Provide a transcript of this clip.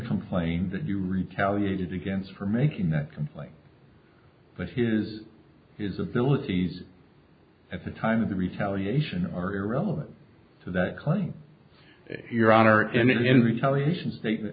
complain that you retaliated against for making that complaint but here is his abilities at the time of the retaliation are irrelevant to that claim your honor and in retaliation state